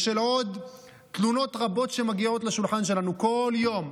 עוד תלונות רבות מגיעות לשולחן שלנו כל יום.